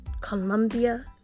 Colombia